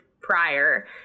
prior